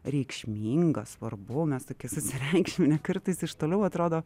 reikšminga svarbu mes tokie susireikšminę kartais iš toliau atrodo